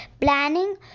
planning